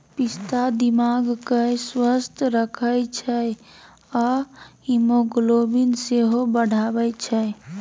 पिस्ता दिमाग केँ स्वस्थ रखै छै आ हीमोग्लोबिन सेहो बढ़ाबै छै